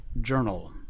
Journal